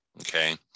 Okay